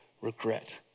regret